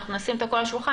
נשים את הכול על השולחן.